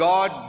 God